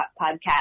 podcast